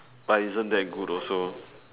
but isn't that good also